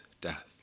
death